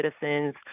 citizens